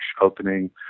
opening